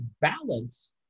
balance